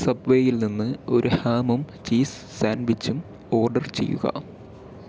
സബ്വേയിൽ നിന്ന് ഒരു ഹാമും ചീസ് സാൻഡ്വിച്ചും ഓർഡർ ചെയ്യുക